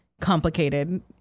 complicated